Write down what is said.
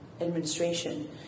administration